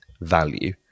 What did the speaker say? value